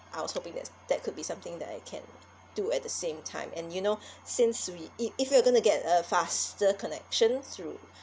I was hoping that that could be something that I can do at the same time and you know since we if if we're gonna get a faster connection through